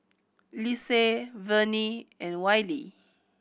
Lise Vernie and Wylie